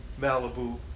Malibu